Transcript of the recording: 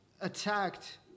attacked